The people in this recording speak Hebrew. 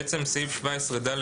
בעצם סעיף 14ד,